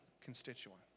constituent